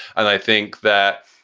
and i think that.